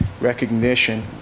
recognition